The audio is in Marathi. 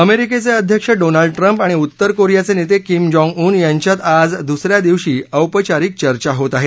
अमेरिकेचे अध्यक्ष डोनाल्ड ट्रंप आणि उत्तर कोरियाचे नेते किम जोंग उन यांच्यात आज दुस या दिवशी औपचारिक चर्चा होत आहे